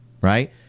right